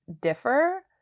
differ